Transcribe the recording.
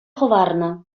хӑварнӑ